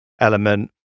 element